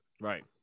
Right